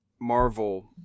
Marvel